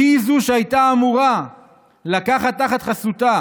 שהיא שהייתה אמורה לקחת תחת חסותה